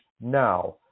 now